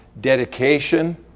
dedication